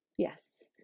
Yes